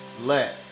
let